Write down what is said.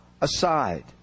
aside